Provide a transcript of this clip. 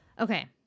Okay